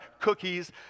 cookies